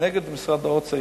בניגוד למשרד האוצר,